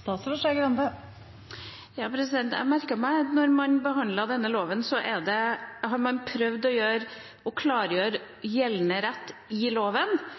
Jeg har merket meg at da man behandlet denne saken, prøvde man å klargjøre gjeldende rett i loven, og det har vi gjort på en rekke områder – gjeldende rett som finnes i